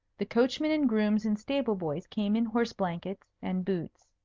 the coachman and grooms and stable-boys came in horse-blankets and boots.